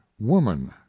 Woman